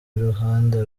iruhande